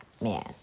man